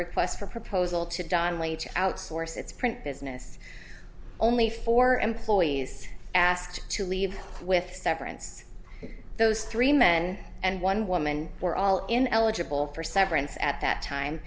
request for proposal to donnelly outsource its print business only four employees asked to leave with severance those three men and one woman were all in eligible for severance at that time